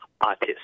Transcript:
artist